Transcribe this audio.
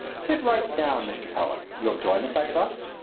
sit right down, mr. cullen! you'll join us, i trust?